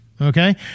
okay